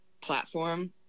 platform